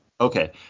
Okay